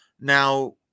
Now